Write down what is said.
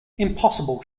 impossible